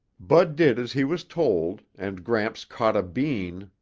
bud did as he was told and gramps caught a bean,